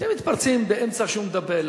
אתם מתפרצים באמצע שהוא מדבר,